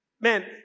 man